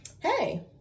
hey